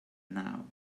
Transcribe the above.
now